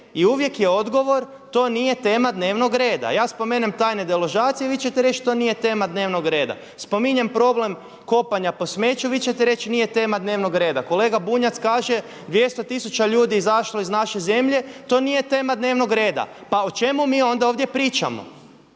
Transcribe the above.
I uvijek je odgovor to nije tema dnevnog reda. Ja spomenem tajne deložacije vi ćete reći to nije tema dnevnog reda. Spominjem problem kopanja po smeću vi ćete reći nije tema dnevnog reda. Kolega Bunjac kaže 200 tisuća ljudi je izašlo iz naše zemlje to nije tema dnevnog reda. Pa o čemu mi onda ovdje pričamo?